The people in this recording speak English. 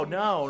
no